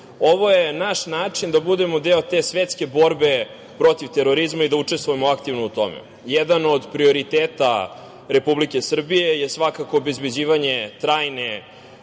Ovo je naš način da budemo deo te svetske borbe protiv terorizma i da učestvujemo aktivno u tome, jedan od prioriteta Republike Srbije je svakako obezbeđivanje trajne